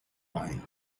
line